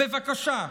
בבקשה,